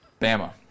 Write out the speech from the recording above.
Bama